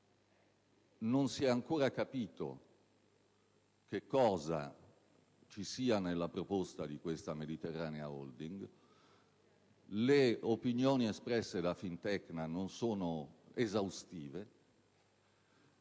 non si è ancora capito che cosa ci sia nella proposta di questa Mediterranea Holding, le opinioni espresse da Fintecna non sono esaustive,